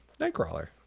Nightcrawler